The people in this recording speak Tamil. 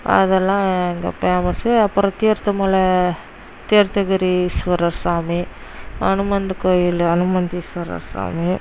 அதெல்லாம் இங்கே பேமஸ்ஸு அப்புறம் தீர்த்த மூல தீர்த்த கிரீஸ்வரர் சாமி அனுமந்த கோயில் அனுமந்தீஸ்வரர் சாமி